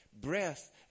breath